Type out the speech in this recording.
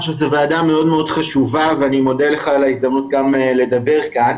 שזו ועדה מאוד מאוד חשובה ואני מודה לך גם על ההזדמנות לדבר כאן.